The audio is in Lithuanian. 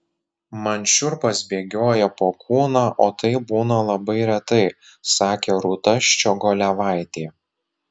man šiurpas bėgioja po kūną o tai būna labai retai sakė rūta ščiogolevaitė